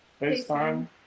FaceTime